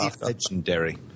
Legendary